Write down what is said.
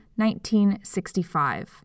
1965